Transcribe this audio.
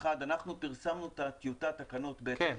אחד אנחנו פרסמנו את טיוטת התקנות בהתאם